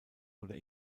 oder